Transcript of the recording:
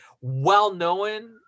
well-known